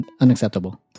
Unacceptable